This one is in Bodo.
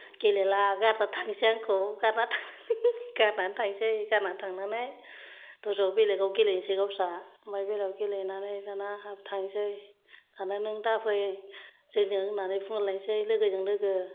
गेलेला गारना थांसै आंखौ गारना थां गारनानै थांसै गारनानै थांनानै दस्रा बेलेगाव गेलेहैनोसै गावस्रा ओमफ्राय बेलेगाव गेलेनानै दाना आंबो थांसै आरो नों दा फै जोंजों होननानै बुंलायनोसै लोगोजों लोगो